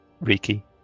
Riki